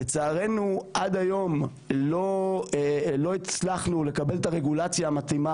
לצערנו עד היום לא הצלחנו לקבל את הרגולציה המתאימה